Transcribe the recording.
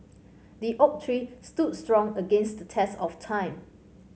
the oak tree stood strong against the test of time